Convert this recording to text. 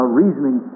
reasoning